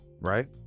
Right